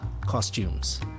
costumes